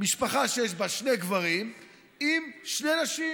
משפחה שיש בה שני גברים עם שתי נשים,